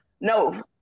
no